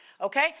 Okay